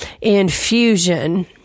infusion